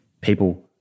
People